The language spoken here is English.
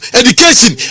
education